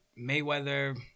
Mayweather